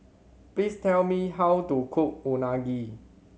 please tell me how to cook Unagi